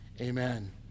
Amen